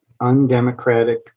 undemocratic